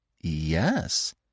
Yes